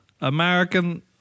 American